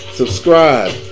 subscribe